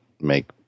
make